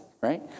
right